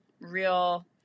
real